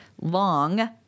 long